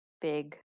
big